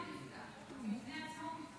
כי המבנה הוא מפגע.